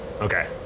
Okay